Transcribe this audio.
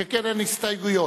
שכן אין הסתייגויות.